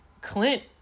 clint